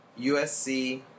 USC